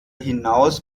hinaus